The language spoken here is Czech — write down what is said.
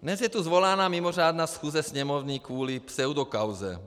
Dnes je tu svolána mimořádná schůze Sněmovny kvůli pseudokauze,